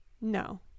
No